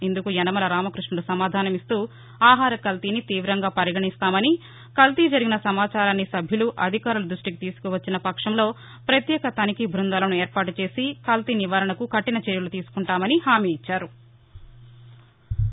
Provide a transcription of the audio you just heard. ఇందుకు యనమల రామకృష్ణుడు సమాధానమిస్తూ ఆహార కల్తీని తీవంగా పరిగణిస్తామని కల్తీ జరిగిన సమాచారాన్ని సభ్యులు అధికారుల దృష్ణికి తీసుకు వచ్చిన పక్షంలో పత్యేక తనిఖీ బ్బందాలను ఏర్పాటుచేసి కల్తీ నివారణకు కఠిన చర్యలు తీసుకుంటామని హామీ ఇచ్చారు